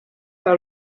par